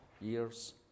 years